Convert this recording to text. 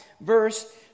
verse